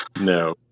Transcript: no